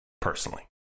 personally